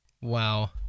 wow